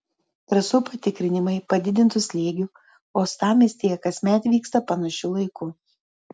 trasų patikrinimai padidintu slėgiu uostamiestyje kasmet vyksta panašiu laiku